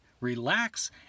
relax